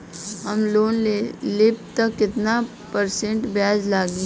हम लोन लेब त कितना परसेंट ब्याज लागी?